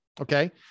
Okay